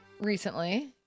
recently